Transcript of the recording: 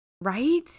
right